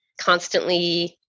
constantly